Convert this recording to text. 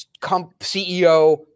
CEO